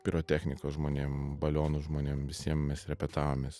pirotechnikos žmonėm balionų žmonėm visiem mes repetavom mes